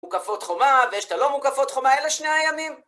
מוקפות חומה, ויש את הלא מוקפות חומה, אלה שני הימים.